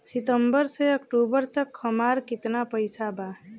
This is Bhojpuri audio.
सितंबर से अक्टूबर तक हमार कितना पैसा बा?